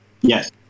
Yes